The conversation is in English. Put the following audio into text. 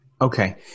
Okay